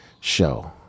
show